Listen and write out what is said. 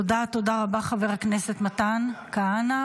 תודה, תודה רבה, חבר הכנסת מתן כהנא.